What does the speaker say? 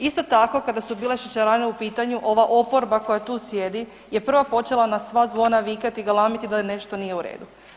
Isto tako kada su bile šećerane u pitanju ova oporba koja tu sjedi je prva počela na sva zvona vikati i galamiti da nešto nije u redu.